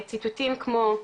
ציטוטים כמו,